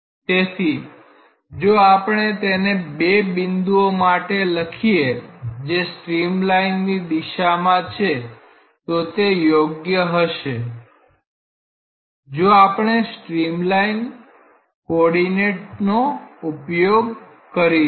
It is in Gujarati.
તેથી જો આપણે તેને બે બિંદુઓ માટે લખીએ જે સ્ટ્રીમલાઇનની દિશામાં છે તો તે યોગ્ય હશે જો આપણે સ્ટ્રીમલાઇન કોર્ડીનેટનો ઉપયોગ કરીશું